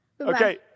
Okay